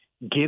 give